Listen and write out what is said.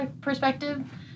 perspective